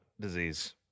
disease